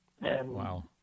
Wow